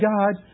God